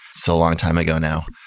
so long time ago now.